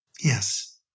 Yes